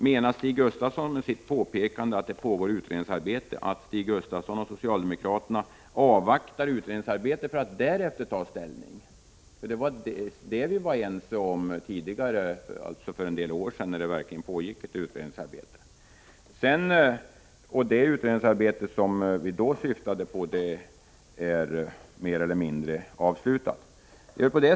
Menar Stig Gustafsson med sitt påpekande att han och socialdemokraterna avvaktar utredningsarbete för att därefter ta ställning? Det var vi ju ense om för några år sedan, när det verkligen pågick utredningsarbete. Detta är alltså nu mer eller mindre avslutat.